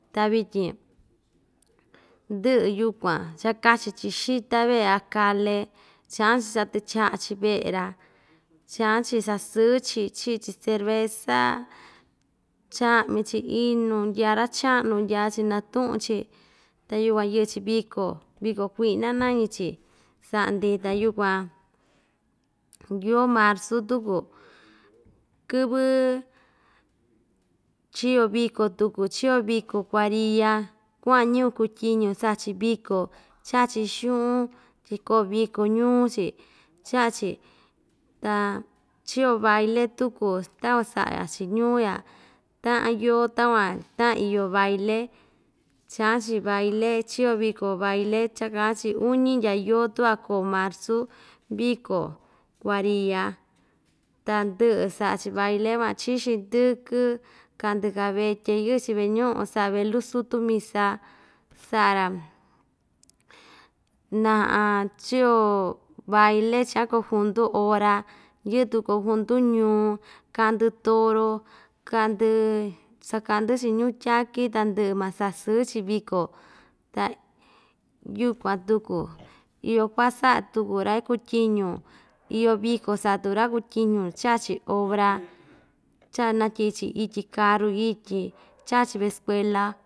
Ta vityin ndɨ'ɨ yukuan chakachi‑chi xita ve'e akale cha'an‑chi chatɨcha'a‑chi ve'e‑ra cha'an‑chi sa'a sɨɨ‑chi chi'i‑chi cerveza cha'mi‑chi inu ndya ra‑cha'nu ndya‑chi natu'un‑chi ta yukuan yɨ'ɨ‑chi viko viko kui'na nañichi sa'a‑ndi ta yukuan yoo marzu tuku kɨvɨ chio viko tuku chio viko kuariya kua'an ñɨvɨ kutyiñu sa'a‑chi viko cha'a‑chi xu'un tyi koo viko ñuu‑chi cha'a‑chi ta chio baile tuku takuan sa'a‑chi ñuu ya ta'an yoo takuan ta'an iyo baile cha'an‑chi baile chio viko baile chaka'an‑chi uñi ndya yoo tu'va koo marzu viko kuariya ta ndɨ'ɨ sa'a‑chi baile van chi'i xindɨkɨ ka'ndɨ kavetye yɨ'ɨ‑chi ve'e ñu'u sa'a velu sútu misa dsa'a‑ra na na chio baile cha'an kohundu ora yɨ'ɨ tu kohondu ñuu ka'ndɨ toro ka'ndɨ saka'ndɨ‑chi ñu'u tyaki tandɨ'ɨ ma sa'a sɨɨ‑chi viko ta yukuan tuku iyo ku'a sa'a tuku ra‑iku tyiñu iyo viko sa'a tuku ra‑kuu tyiñu cha'a‑chi obra natyi'i‑chi ityi karu ityi cha'a‑chi ve'e skuela.